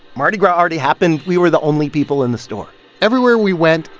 mardi gras already happened. we were the only people in the store everywhere we went,